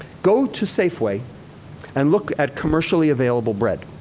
go to safeway and look at commercially available bread.